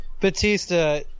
Batista